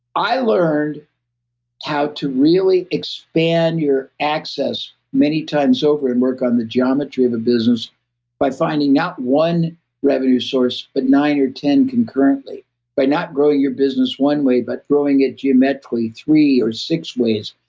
i learned how to really expand your access many times over and work on the geometry of a business by finding out one revenue source, but nine or ten concurrently by not growing your business one way but growing it geometrically three or six ways.